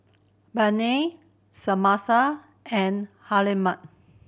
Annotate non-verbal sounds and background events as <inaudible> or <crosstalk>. Bynum <unintelligible> and Hjalmer